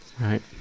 Right